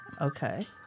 Okay